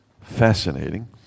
Fascinating